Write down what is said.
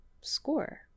score